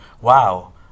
wow